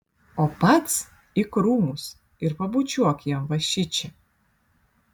o pats į krūmus ir pabučiuok jam va šičia